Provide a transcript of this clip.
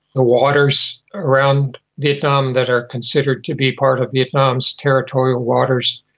the waters around vietnam that are considered to be part of vietnam's territorial waters,